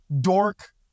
dork